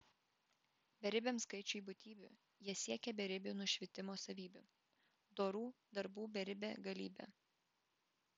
beribiam skaičiui būtybių jie siekia beribių nušvitimo savybių dorų darbų beribe galybe